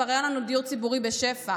וכבר היה לנו דיור ציבורי בשפע.